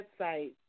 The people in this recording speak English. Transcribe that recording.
website